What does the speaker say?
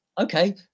okay